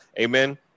amen